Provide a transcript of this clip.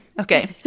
okay